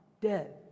dead